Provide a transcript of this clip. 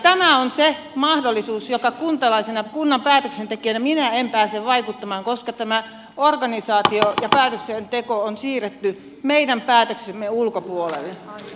tämä on se mahdollisuus johon kuntalaisena kunnan päätöksentekijänä minä en pääse vaikuttamaan koska tämä organisaatio ja päätöksenteko on siirretty meidän päätöksiemme ulkopuolelle